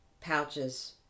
pouches